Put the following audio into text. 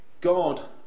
God